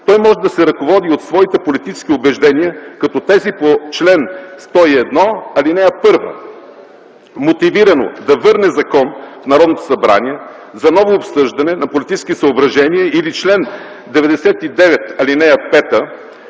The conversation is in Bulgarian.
той може да се ръководи и от своите политически убеждения, като тези по чл. 101, ал. 1: мотивирано да върне закон в Народното събрание за ново обсъждане на политически съображения; или чл. 99, ал. 5: